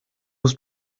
was